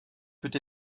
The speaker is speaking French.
peut